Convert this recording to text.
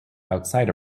outside